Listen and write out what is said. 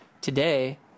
Today